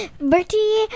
Bertie